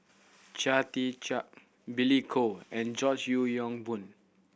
Chia Tee Chiak Billy Koh and George Yeo Yong Boon